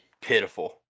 pitiful